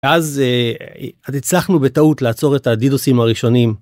אז הצלחנו בטעות לעצור את הדידוסים הראשונים.